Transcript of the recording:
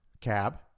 cab